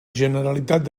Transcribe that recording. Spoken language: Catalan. generalitat